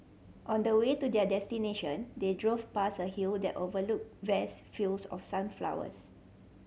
on the way to their destination they drove past a hill that overlooked vast fields of sunflowers